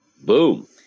Boom